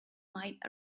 might